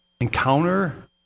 encounter